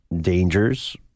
dangers